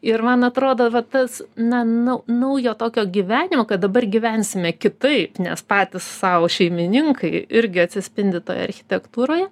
ir man atrodo va tas na nau naujo tokio gyvenimo kad dabar gyvensime kitaip nes patys sau šeimininkai irgi atsispindi toje architektūroje